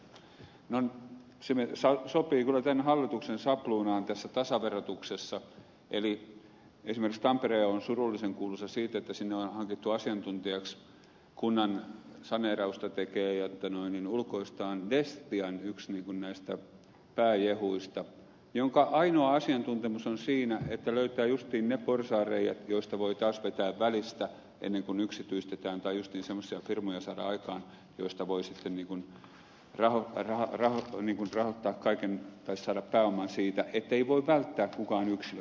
se sopii kyllä tämän hallituksen sapluunaan tässä tasaverotuksessa eli esimerkiksi tampere on surullisenkuuluisa siitä että sinne on hankittu asiantuntijaksi kunnan saneerausta tekee joten hänen ulkoista on viesti tekemään ja ulkoistamaan destian yksi pääjehuista jonka ainoa asiantuntemus on siinä että löytää juuri ne porsaanreiät joista voi taas vetää välistä ennen kuin yksityistetään tai juuri semmoisia firmoja saadaan aikaan joista voi saada pääoman ettei voi välttää kukaan yksilö